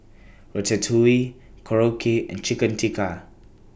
Ratatouille Korokke and Chicken Tikka